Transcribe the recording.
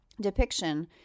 depiction